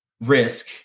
risk